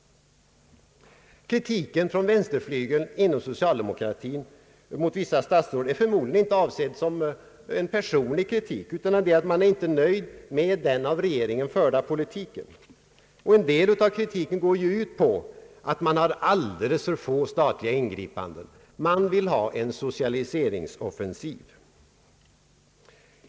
Kritiken från vänsterflygeln inom socialdemokratin mot vissa statsråd är förmodligen inte avsedd som en personlig kritik utan torde vara ett uttryck för att man inte är nöjd med den av regeringen förda politiken. En del av denna kritik går ju ut på att det förekommer alldeles för få statliga ingripanden. Man vill ha en socialiseringsoffensiv.